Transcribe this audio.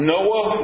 Noah